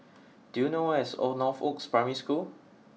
do you know where is Northoaks Primary School